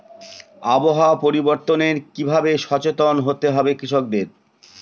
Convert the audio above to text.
আবহাওয়া পরিবর্তনের কি ভাবে সচেতন হতে হবে কৃষকদের?